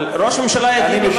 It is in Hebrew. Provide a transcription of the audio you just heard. אבל ראש הממשלה יגיד לו,